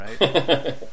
right